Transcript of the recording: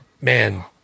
Man